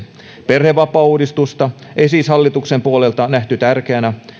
perhevapaauudistusta ei siis hallituksen puolelta nähty tärkeänä